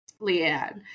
Leanne